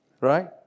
Right